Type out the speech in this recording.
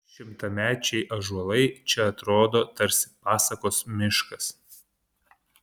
šimtamečiai ąžuolai čia atrodo tarsi pasakos miškas